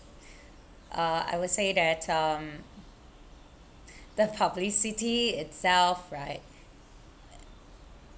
uh I would say that um the publicity itself right